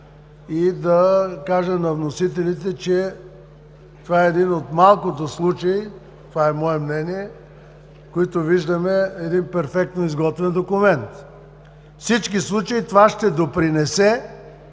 и да кажа на вносителите, че това е един от малкото случаи – това е мое мнение – в които виждаме един перфектно изготвен документ. Във всички случаи това ще допринесе